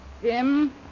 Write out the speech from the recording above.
Jim